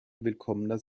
willkommener